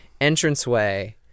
entranceway